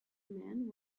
man